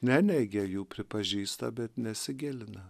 neneigia jų pripažįsta bet nesigilina